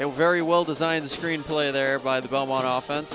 and very well designed screen play there by the belmont often